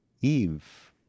Eve